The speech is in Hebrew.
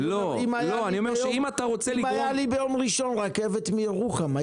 אני אומר אם היה לי ביום ראשון רכבת מירוחם,